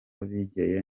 bigeye